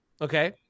Okay